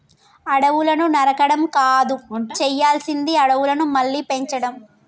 అడవులను నరకడం కాదు చేయాల్సింది అడవులను మళ్ళీ పెంచడం